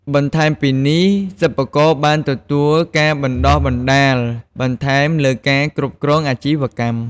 បន្ថែមពីនេះ សិប្បករបានទទួលការបណ្ដុះបណ្ដាលបន្ថែមលើការគ្រប់គ្រងអាជីវកម្ម។